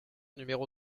numéro